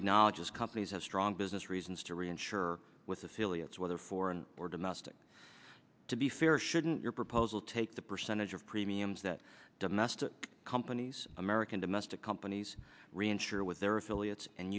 acknowledges companies have strong business reasons to reinsure with affiliates whether foreign or domestic to be fair shouldn't your proposal take the percentage of premiums that domestic companies american domestic companies reinsure with their affiliates and